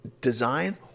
design